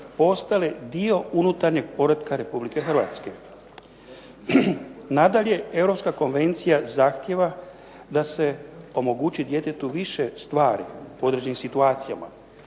postale dio unutarnjeg poretka Republike Hrvatske. Nadalje, Europska konvencija zahtjeva da se omogući djetetu više stvari u određenim situacijama.